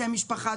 שם משפחה,